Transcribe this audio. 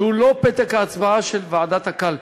שהוא לא פתק הצבעה של ועדת הקלפי.